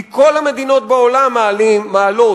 כי כל המדינות בעולם מעלות